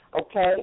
Okay